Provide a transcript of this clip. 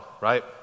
right